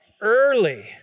early